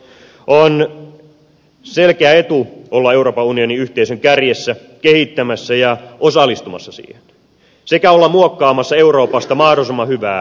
on selkeä etu olla euroopan unionin yhteisön kärjessä kehittämässä ja osallistumassa siihen sekä olla muokkaamassa euroopasta mahdollisimman hyvää meille suomalaisille